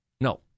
No